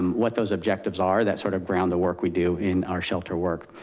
what those objectives are that sort of ground the work we do in our shelter work.